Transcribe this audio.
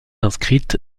inscrite